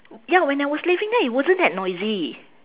ya when I was living there it wasn't that noisy